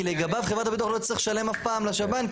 כי לגביו חברת הביטוח לא תצטרך לשלם אף פעם לשב"ן,